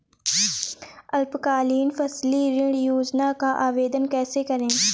अल्पकालीन फसली ऋण योजना का आवेदन कैसे करें?